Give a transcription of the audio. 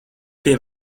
pie